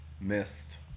missed